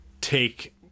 take